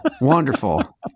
wonderful